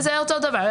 זה אותו דבר,